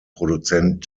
produzent